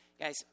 Guys